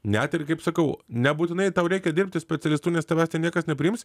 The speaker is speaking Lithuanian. net ir kaip sakau nebūtinai tau reikia dirbti specialistu nes tavęs ten niekas nepriims